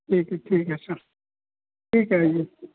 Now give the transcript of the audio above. ठीक है ठीक है सर ठीक है आइए